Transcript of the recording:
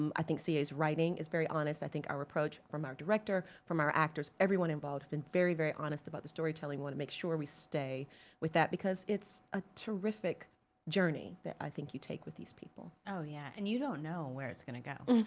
i think c. a's writing is very honest, i think our approach from our director, from our actors, everyone involved have been very, very honest about the storytelling, wanted to make sure we stay with that, because it's a terrific jurney that i think you take with these people. oh yeah, and you don't know where it's gonna go.